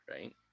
right